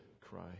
cry